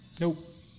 nope